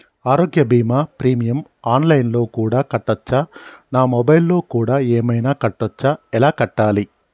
ఆరోగ్య బీమా premium online లో కూడా కట్టచ్చా? నా మొబైల్లో కూడా ఏమైనా కట్టొచ్చా? ఎలా కట్టాలి?